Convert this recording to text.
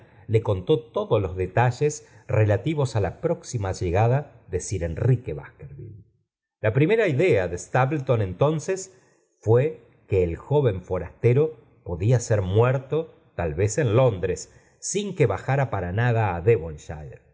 le conté tod o loa detalles relativos á la próxima llegada de air ri u iiasker ville la primera idea de kfapleton entonces fué que el joven forastero podía ser muerto tal vez en londres sin que bajara para nada a